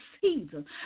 season